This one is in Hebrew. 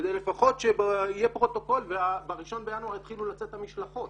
כדי שלפחות יהיה פרוטוקול וב-1 בינואר יתחילו לצאת המשלחות.